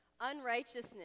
unrighteousness